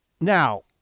Now